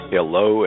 Hello